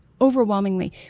Overwhelmingly